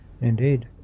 Indeed